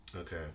Okay